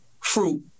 fruit